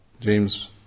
James